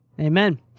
Amen